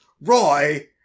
Roy